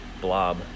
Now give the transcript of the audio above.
blob